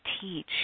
teach